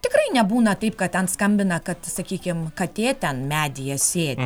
tikrai nebūna taip kad ten skambina kad sakykim katė ten medyje sėdi